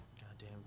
goddamn